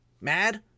mad